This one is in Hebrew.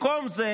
במקום זה,